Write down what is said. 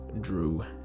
drew